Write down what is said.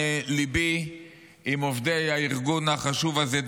ליבי עם עובדי הארגון החשוב הזה,